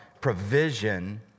provision